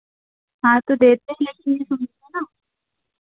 हाँ तो डाँटते नहीं हैं सही से ना